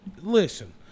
listen